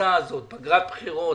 אין ברירה פגרת בחירות.